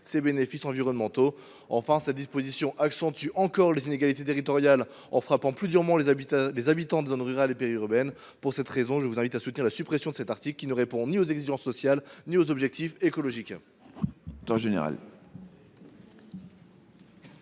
sa portée environnementale. Enfin, cette disposition accentue encore les inégalités territoriales en frappant plus durement les habitants des zones rurales et périurbaines. Pour ces raisons, je vous invite à supprimer cet article, qui ne répond ni à des exigences sociales ni à des objectifs écologiques.